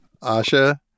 Asha